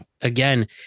Again